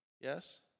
Yes